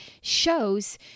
shows